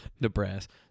Nebraska